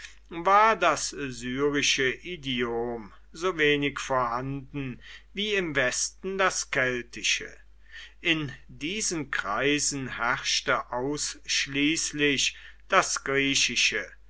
war das syrische idiom so wenig vorhanden wie im westen das keltische in diesen kreisen herrschte ausschließlich das griechische